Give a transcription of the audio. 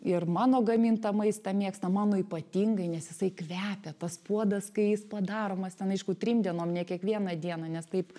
ir mano gamintą maistą mėgsta mano ypatingai nes jisai kvepia pats puodas kai jis padaromas ten aišku trim dienom ne kiekvieną dieną nes taip